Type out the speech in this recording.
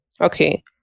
Okay